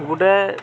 ଗୁଟେ